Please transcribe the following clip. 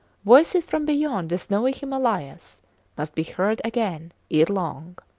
voices from beyond the snowy himalayas must be heard again ere long.